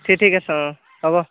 ঠিক ঠিক আছে অঁ হ'ব